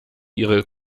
ihre